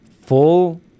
full